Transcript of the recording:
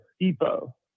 Depot